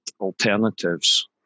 alternatives